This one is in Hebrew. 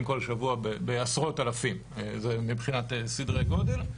בכל שבוע בעשרות אלפים מבחינת סדרי גודל.